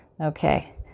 okay